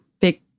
big